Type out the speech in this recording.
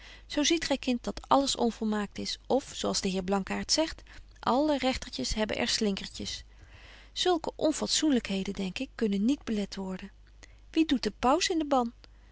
zo ziet gy kind dat alles onvolmaakt is of zo als de heer blankaart zegt alle regtertjes hebben er slinkertjes zulke onfatsoenlykheden denk ik kunnen niet belet worden wie doet den paus in den ban